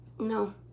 No